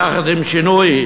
יחד עם שינוי,